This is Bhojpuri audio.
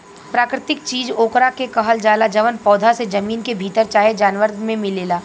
प्राकृतिक चीज ओकरा के कहल जाला जवन पौधा से, जमीन के भीतर चाहे जानवर मे मिलेला